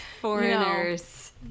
Foreigners